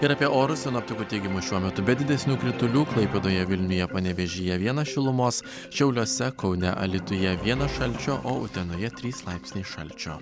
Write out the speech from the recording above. ir apie orus sinoptikų teigimu šiuo metu be didesnių kritulių klaipėdoje vilniuje panevėžyje vienas šilumos šiauliuose kaune alytuje vienas šalčio o utenoje trys laipsniai šalčio